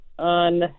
On